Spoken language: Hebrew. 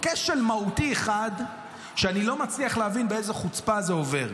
כשל מהותי אחד שאני לא מצליח להבין באיזו חוצפה הוא עובר.